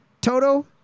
Toto